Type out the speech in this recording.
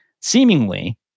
seemingly